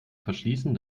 verschließen